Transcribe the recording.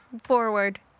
forward